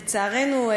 לצערנו,